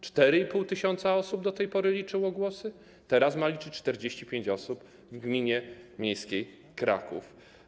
4,5 tys. osób do tej pory liczyło głosy, a teraz ma je liczyć 45 osób w gminie miejskiej Kraków.